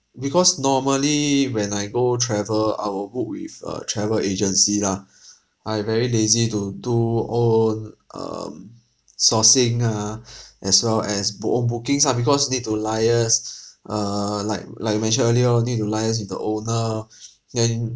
because normally when I go travel I will book with a travel agency lah I very lazy to do all the um sourcing ah as well as book own bookings ah because need to liaise err like like you mention earlier all this need to liaise with the owner